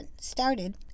started